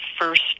first